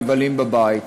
מבלים בבית,